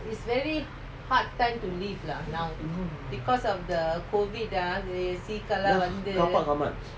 then car park how much